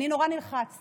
אני נורא נלחצתי